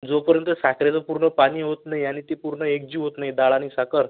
जोपर्यंत साखरेचं पूर्न पानी होत नाई आनि ती पूर्न एकजीव होत नाई दाळ आनि साखर